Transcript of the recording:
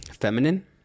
feminine